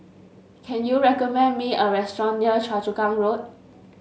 can you recommend me a restaurant near Choa Chu Kang Road